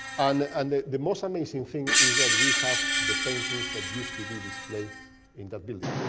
and and the the most amazing thing is that we have the paintings that used to be displayed in that building,